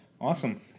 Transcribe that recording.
Awesome